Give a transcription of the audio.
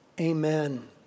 Amen